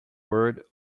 word